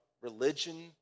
religion